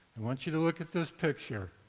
i want you to look at this picture.